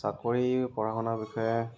চাকৰি পঢ়া শুনাৰ বিষয়ে